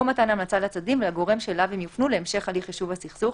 או מתן המלצה לצדדים ולגורם שאליו הם יופנו להמשך הליך יישוב הסכסוך,